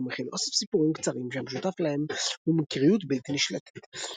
והוא מכיל אוסף סיפורים קצרים שהמשותף להם הוא מקריות בלתי נשלטת.